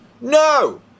no